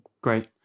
Great